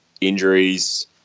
injuries